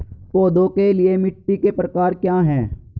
पौधों के लिए मिट्टी के प्रकार क्या हैं?